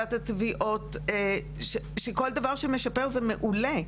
כל דבר שמשפר זה מעולה,